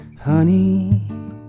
Honey